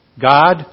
God